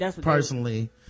personally